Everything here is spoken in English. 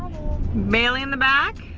bailey in the back.